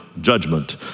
judgment